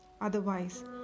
Otherwise